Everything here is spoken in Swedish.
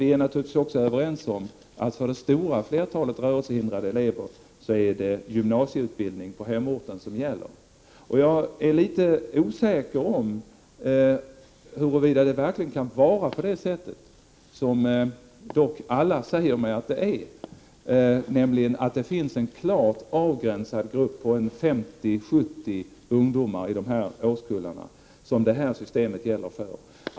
Vi är naturligtvis också överens om att det för det stora flertalet rörelsehindrade elever är gymnasieutbildning på hemorten som gäller. Jag är litet osäker om huruvida det verkligen kan vara på det sätt som dock alla säger mig att det är, nämligen att det finns en klart avgränsad grupp på 50-70 ungdomar i dessa årskullar som behöver detta system.